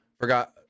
forgot